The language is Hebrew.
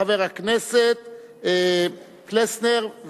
חבר הכנסת פלסנר,